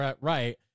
Right